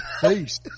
face